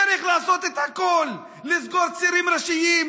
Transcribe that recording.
צריך לעשות הכול: לסגור צירים ראשיים,